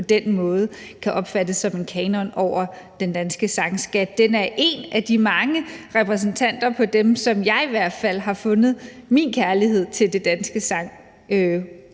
den måde kan opfattes som en kanon over den danske sangskat. Men den er en af de mange repræsentanter, hvor jeg i hvert fald har fundet min kærlighed til den danske sang.